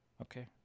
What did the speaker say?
Okay